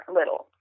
little